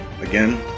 again